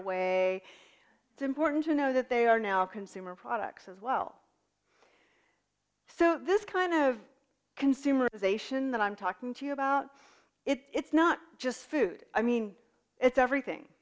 away it's important to know that they are now consumer products as well so this kind of consumerization that i'm talking to you about it's not just food i mean it's everything